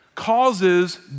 causes